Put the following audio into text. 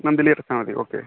monthly എടുത്താൽ മതി okay